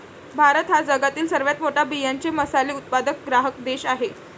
भारत हा जगातील सर्वात मोठा बियांचे मसाले उत्पादक ग्राहक देश आहे